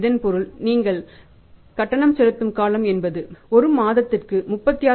இதன் பொருள் நீங்கள் கட்டணம் செலுத்தும் காலம் என்பது ஒரு மாதத்திற்கு 36